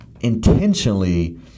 intentionally